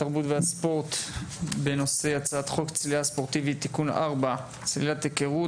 התרבות והספורט בנושא: הצעת חוק הצלילה הספורטיבית (צלילת היכרות),